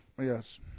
Yes